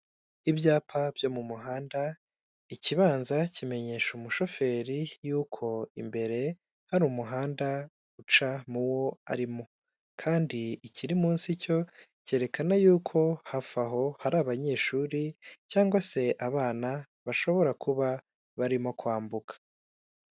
Ibyapa byo mu muhanda, ikibanza kimenyesha umushoferi yuko imbere hari umuhanda uca m'uwo arimo, kandi ikiri munsi cyo cyerekana yuko hafa aho hari abanyeshuri cyangwa se abana bashobora kuba barimo kwambuka.